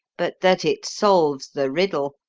but that it solves the riddle,